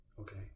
Okay